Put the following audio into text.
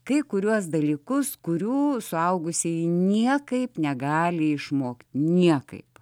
kai kuriuos dalykus kurių suaugusieji niekaip negali išmokt niekaip